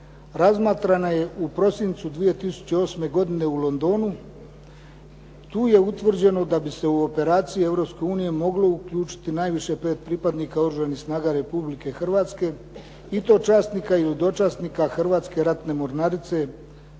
razmatrana je u prosincu 2008. godine u Londonu. Tu je utvrđeno da bi se u operaciji Europske unije moglo uključiti najviše pet pripadnika Oružanih snaga Republike Hrvatske i to časnika ili dočasnika Hrvatske ratne mornarice,